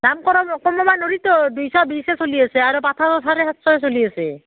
দাম কৰাম কমাব নোৱাৰিতো দুশ বিছেই চলি আছে আৰু পঠাটো চাৰে সাতশই চলি আছে